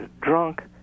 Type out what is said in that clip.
drunk